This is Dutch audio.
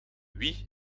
wie